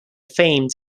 famed